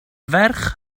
ferch